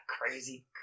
crazy